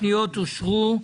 הפניות אושרו.